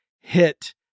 hit